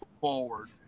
forward